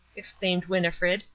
exclaimed winnifred,